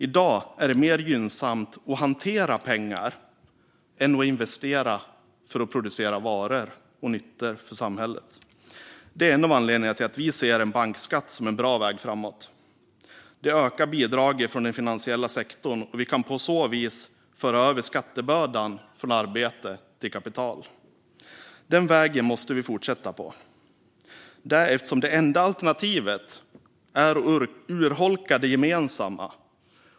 I dag är det mer gynnsamt att hantera pengar än att investera för att producera varor och nyttor för samhället. Det är en av anledningarna till att vi ser en bankskatt som en bra väg framåt. Det ökar bidraget från den finansiella sektorn. Vi kan på så vis föra över skattebördan från arbete till kapital. Den vägen måste vi fortsätta på eftersom det enda alternativet är att urholka det gemensamma.